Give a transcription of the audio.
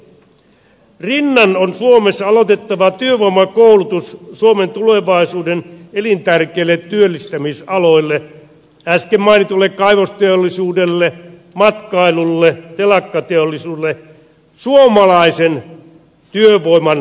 rinnan on suomessa aloitettava työvoimakoulutus suomen tulevaisuuden elintärkeille työllistämisaloille äsken mainituille kaivosteollisuudelle matkailulle telakkateollisuudelle suomalaisen työvoiman turvaamiseksi